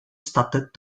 started